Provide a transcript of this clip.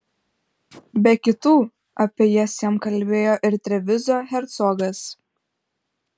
be kitų apie jas jam kalbėjo ir trevizo hercogas